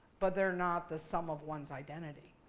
but they're not the sum of one's identity.